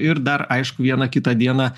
ir dar aišku vieną kitą dieną